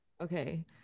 Okay